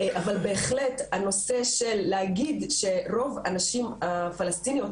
אבל בהחלט הנושא של להגיד שרוב הנשים הפלשתינאיות